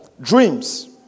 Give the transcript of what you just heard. Dreams